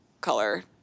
color